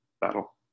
battle